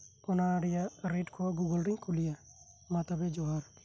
ᱚᱱᱟᱨᱮᱭᱟᱜ ᱨᱮᱴ ᱠᱚᱦᱚᱸ ᱜᱩᱜᱚᱞᱨᱮᱧ ᱠᱩᱞᱤᱭᱟ ᱢᱟᱛᱚᱵᱮ ᱡᱚᱦᱟᱨ